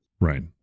Right